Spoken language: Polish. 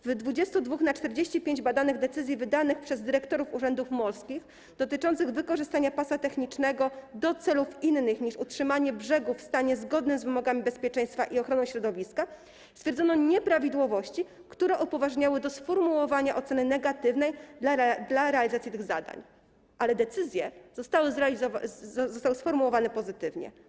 W 22 na 45 badanych decyzji wydanych przez dyrektorów urzędów morskich dotyczących wykorzystania pasa technicznego do celów innych niż utrzymanie brzegów w stanie zgodnym z wymogami bezpieczeństwa i ochroną środowiska stwierdzono nieprawidłowości, które upoważniały do sformułowania negatywnej oceny realizacji tych zadań, ale decyzje zostały sformułowane pozytywnie.